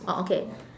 oh okay